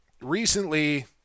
recently